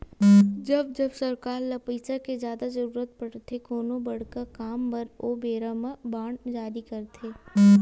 जब जब सरकार ल पइसा के जादा जरुरत पड़थे कोनो बड़का काम बर ओ बेरा म बांड जारी करथे